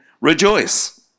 Rejoice